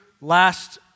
last